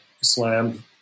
slammed